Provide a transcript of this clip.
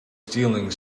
stealing